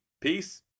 Peace